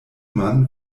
man